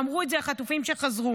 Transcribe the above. אמרו את זה החטופים שחזרו.